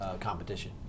competition